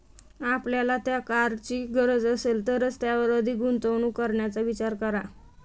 आपल्याला त्या कारची गरज असेल तरच त्यावर अधिक गुंतवणूक करण्याचा विचार करा